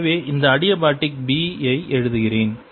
எனவே இந்த antibiotic B ஐ எழுதுகிறேன்